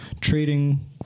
trading